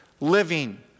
living